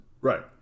Right